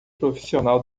profissional